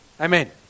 Amen